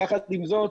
יחד עם זאת,